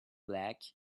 black